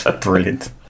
brilliant